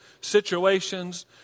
situations